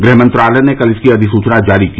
गृह मंत्रालय ने कल इसकी अधिसूचना जारी की